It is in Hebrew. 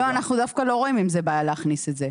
אנחנו דווקא לא רואים בעיה להכניס את זה.